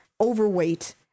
overweight